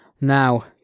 Now